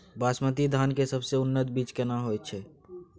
बासमती धान के सबसे उन्नत बीज केना होयत छै?